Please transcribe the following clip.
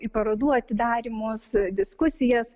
į parodų atidarymus diskusijas